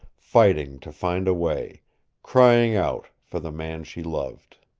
fighting to find a way crying out for the man she loved.